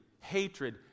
hatred